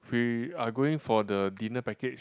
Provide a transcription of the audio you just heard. we are going for the dinner package